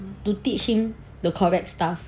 to teach him the correct stuff